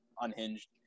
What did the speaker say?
unhinged